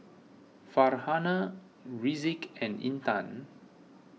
Farhanah Rizqi and Intan